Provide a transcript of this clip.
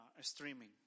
streaming